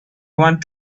want